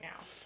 now